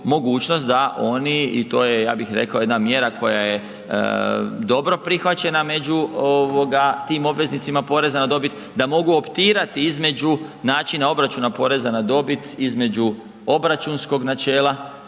da oni i to je ja bih rekao jedna mjera koja je dobro prihvaćena među ovoga tim obveznicima poreza na dobit, da mogu optirati između načina obračuna poreza na dobit, između obračunskog načela